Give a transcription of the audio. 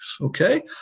okay